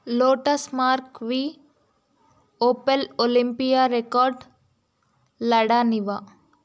lotus Mark V Opel Olympia Record Lada నివా